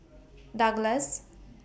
Douglas